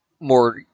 more